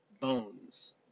Bones